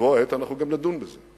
בבוא העת אנחנו גם נדון בזה.